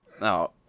No